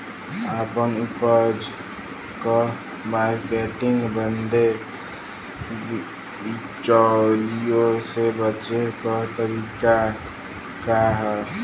आपन उपज क मार्केटिंग बदे बिचौलियों से बचे क तरीका का ह?